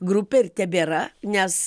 grupė ir tebėra nes